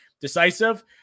decisive